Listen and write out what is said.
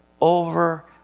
over